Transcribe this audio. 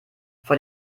vor